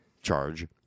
charge